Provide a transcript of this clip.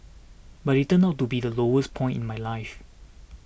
but it turned out to be the lowest point in my life